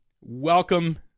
welcome